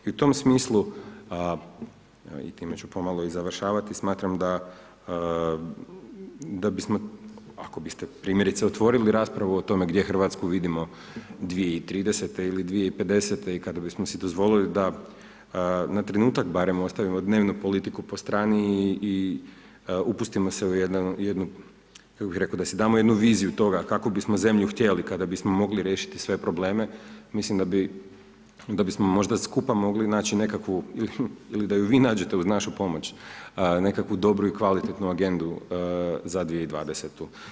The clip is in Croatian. I u tom smislu, time ću pomalo i završavati, smatram da, da bismo, ako biste primjerice otvorili raspravu o tome gdje Hrvatsku vidimo 2030. ili 2050. i kada bismo si dozvolili, da na trenutak barem ostavimo dnevnu politiku po strani i upustimo se u jednu, kako bih rekao, da si damo jednu viziju toga, kakvu bismo zemlju htjeli, kada bismo mogli riješiti sve probleme, mislim da bismo možda skupa naći nekakvu, ili da ju vi nađete uz našu pomoć, nekakvu dobru i kvalitetnu agendu za 2020.